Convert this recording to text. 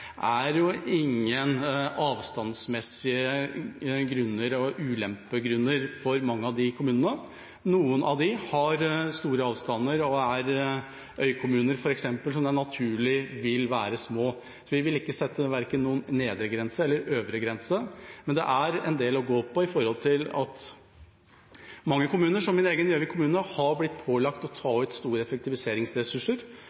er jo ingen avstandsmessige grunner og ulempegrunner for mange av de kommunene. Noen av dem har store avstander eller f.eks. er øykommuner, som naturlig vil være små. Så vi vil ikke sette verken noen nedre eller noen øvre grense. Men det er en del å gå på med tanke på at mange kommuner, som min egen, Gjøvik kommune, er blitt pålagt å